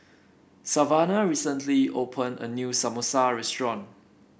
Savanah recently opened a new Samosa restaurant